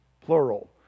plural